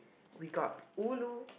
we got ulu